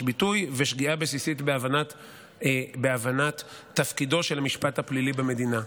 ביטוי ושגיאה בסיסית בהבנת תפקידו של המשפט הפלילי במדינה.